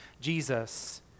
Jesus